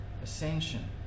ascension